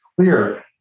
clear